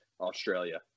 Australia